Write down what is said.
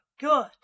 good